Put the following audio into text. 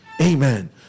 amen